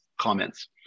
comments